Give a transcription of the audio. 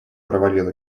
провалил